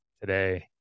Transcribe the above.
today